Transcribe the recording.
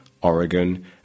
Oregon